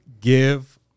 give